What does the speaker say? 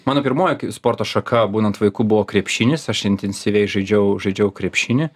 mano pirmoji sporto šaka būnant vaiku buvo krepšinis aš intensyviai žaidžiau žaidžiau krepšinį